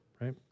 right